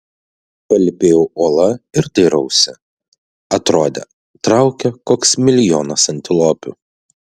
palypėju uola ir dairausi atrodė traukia koks milijonas antilopių